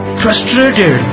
frustrated